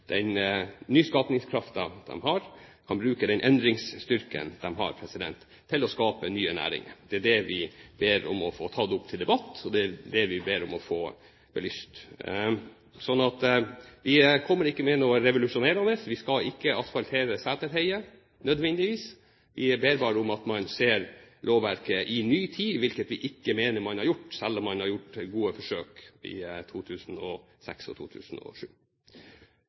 bruke den nyskapingskraften og endringsstyrken de har til å skape nye næringer. Det er det vi ber om å få tatt opp til debatt, og det er det vi ber om å få belyst. Vi kommer ikke med noe revolusjonerende. Vi skal ikke asfaltere seterheier, nødvendigvis. Vi ber bare om at man ser på lovverket i en ny tid, hvilket vi ikke mener man har gjort, selv om man gjorde gode forsøk i 2006 og 2007.